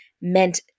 meant